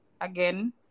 again